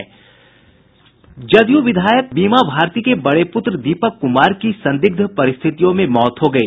जदयू विधायक बीमा भारती के बड़े पुत्र दीपक कुमार की संदिग्ध परिस्थितियों में मौत हो गयी